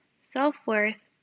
self-worth